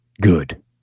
good